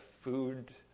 food